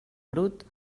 brut